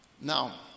Now